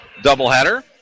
doubleheader